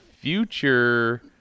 future